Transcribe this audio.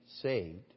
saved